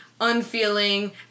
unfeeling